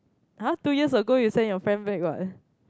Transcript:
[huh] two years ago you send your friend back what